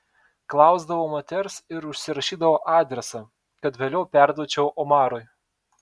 klausdavau moters ir užsirašydavau adresą kad vėliau perduočiau omarui